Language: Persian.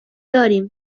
داریم